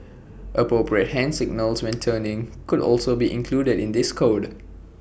appropriate hand signals when turning could also be included in this code